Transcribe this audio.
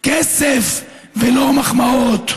כסף ולא מחמאות,